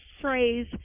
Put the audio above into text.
phrase